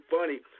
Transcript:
funny